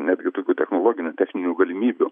netgi tokių technologinių techninių galimybių